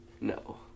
No